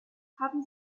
haben